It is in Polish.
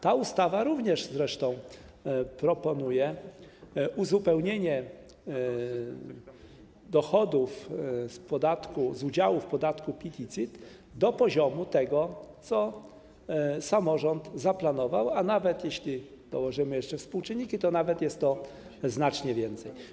Ta ustawa również zresztą proponuje uzupełnienie dochodów z udziału podatku PIT i CIT do poziomu tego, co samorząd zaplanował, a nawet jeśli dołożymy jeszcze współczynniki, to jest to znacznie więcej.